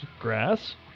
Grass